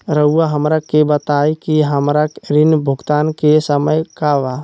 रहुआ हमरा के बताइं कि हमरा ऋण भुगतान के समय का बा?